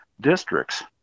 districts